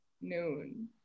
noon